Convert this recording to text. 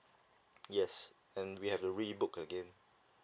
yes and we have to rebook again